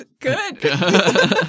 good